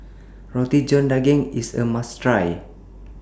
Roti John Daging IS A must Try